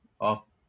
off